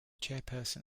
chairperson